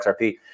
XRP